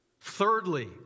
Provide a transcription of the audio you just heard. Thirdly